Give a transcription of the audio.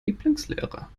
lieblingslehrer